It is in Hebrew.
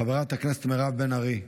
חברת הכנסת מירב בן ארי.